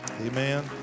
Amen